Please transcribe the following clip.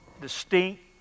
distinct